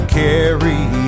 carry